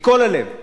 מכל הלב.